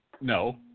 No